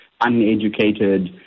uneducated